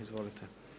Izvolite.